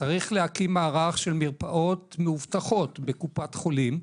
צריך להקים מערך של מרפאות מאובטחות בקופת חולים,